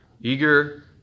eager